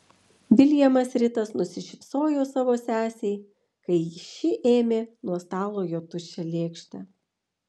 viljamas ritas nusišypsojo savo sesei kai ši ėmė nuo stalo jo tuščią lėkštę